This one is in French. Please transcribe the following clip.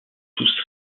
tous